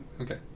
okay